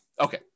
Okay